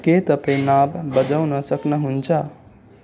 के तपाईँ नाभ बजाउन सक्नुहुन्छ